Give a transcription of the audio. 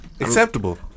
acceptable